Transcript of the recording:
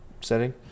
setting